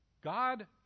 God